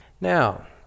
Now